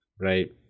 Right